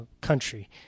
country